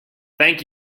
thank